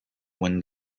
when